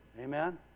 Amen